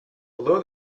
below